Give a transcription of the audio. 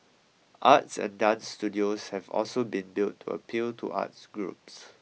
arts and dance studios have also been built to appeal to arts groups